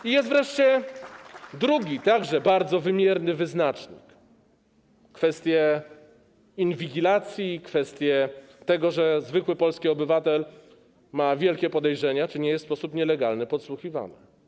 I jest wreszcie drugi, także bardzo wymierny wyznacznik: kwestie inwigilacji, kwestie tego, że zwykły polski obywatel ma wielkie podejrzenia, czy nie jest w sposób nielegalny podsłuchiwany.